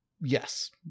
yes